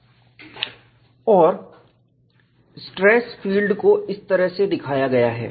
संदर्भ स्लाइड समय 0218 और स्ट्रेस फील्ड को इस तरह से दिखाया गया है